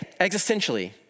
existentially